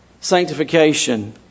Sanctification